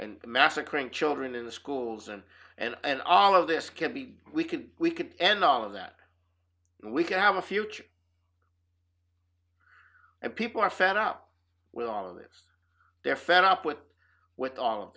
and massacring children in the schools and and and all of this can be we could we could end all of that we could have a future and people are fed up with all of this they're fed up with with all of